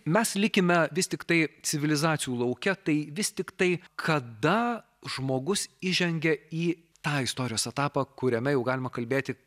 mes likime vis tiktai civilizacijų lauke tai vis tiktai kada žmogus įžengia į tą istorijos etapą kuriame jau galima kalbėti